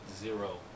zero